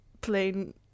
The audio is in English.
plain